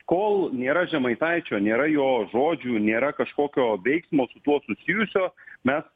kol nėra žemaitaičio nėra jo žodžių nėra kažkokio veiksmo su tuo susijusio mes